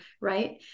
right